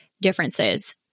differences